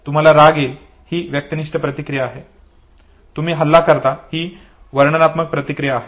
तुम्हाला राग येईल ही व्यक्तिनिष्ठ प्रतिक्रिया आहे तुम्ही हल्ला करता ही वर्तनात्मक प्रतिक्रिया आहे